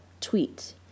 tweet